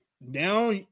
now